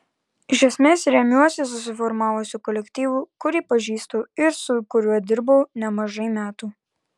iš esmės remiuosi susiformavusiu kolektyvu kurį pažįstu ir su kuriuo dirbau nemažai metų